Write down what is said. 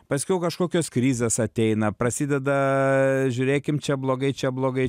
paskiau kažkokios krizės ateina prasideda žiūrėkim čia blogai čia blogai